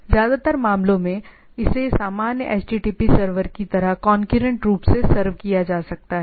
ज्यादातर मामलों में इसे सामान्य एचटीटीपी सर्वर की तरह कौनक्यूरेंट रूप से सर्व किया जा सकता है